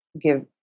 give